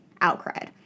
outcried